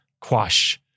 quash